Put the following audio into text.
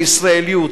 הישראליות.